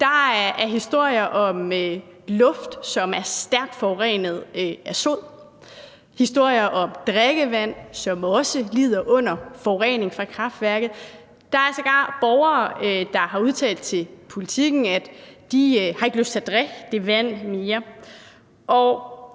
Der er historier om luft, som er stærkt forurenet af sod, historier om drikkevand, som også lider under forurening fra kraftværket, og der er sågar borgere, som har udtalt til Politiken, at de ikke har lyst til at drikke det vand mere.